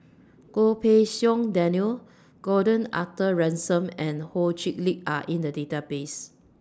Goh Pei Siong Daniel Gordon Arthur Ransome and Ho Chee Lick Are in The Database